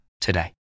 today